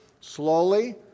slowly